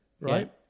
right